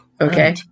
okay